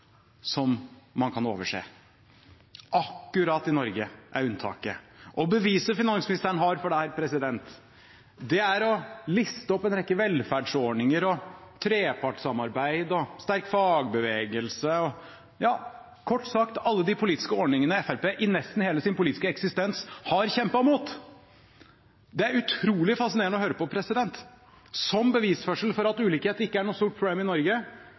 som man kan overse. Akkurat Norge er unntaket. For å bevise dette lister finansministeren opp en rekke velferdsordninger, trepartssamarbeid og sterk fagbevegelse – ja, kort sagt alle de politiske ordningene Fremskrittspartiet i nesten hele sin politiske eksistens har kjempet mot. Det er utrolig fascinerende å høre på. Som bevisførsel for at ulikhet ikke er noe stort problem i Norge,